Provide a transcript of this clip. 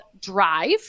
drive